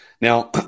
Now